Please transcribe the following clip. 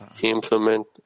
implement